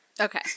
Okay